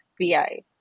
VI